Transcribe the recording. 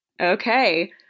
Okay